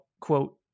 quote